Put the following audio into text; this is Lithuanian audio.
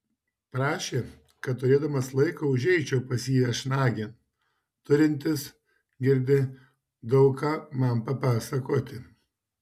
prašė kad turėdamas laiko užeičiau pas jį viešnagėn turintis girdi daug ką man papasakoti